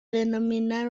denominar